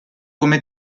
come